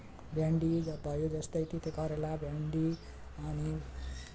भिन्डी भयो जस्तै तिते करेला भिन्डी अनि